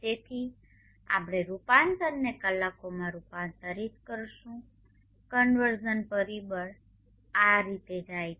તેથી આપણે રૂપાંતરને કલાકોમાં રૂપાંતરિત કરીશું કન્વર્ઝન પરિબળ આ રીતે જાય છે